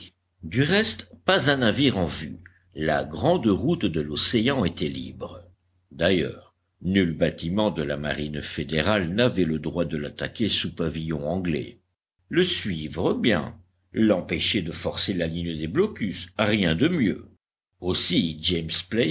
du reste pas un navire en vue la grande route de l'océan était libre d'ailleurs nul bâtiment de la marine fédérale n'avait le droit de l'attaquer sous pavillon anglais le suivre bien l'empêcher de forcer la ligne des blocus rien de mieux aussi james